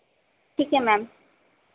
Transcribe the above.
ठीक है मैम